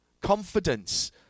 confidence